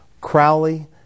Crowley